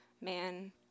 man